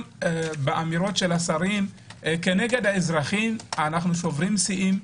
באמירות של השרים כנגד האזרחים אנו שוברים שיאים.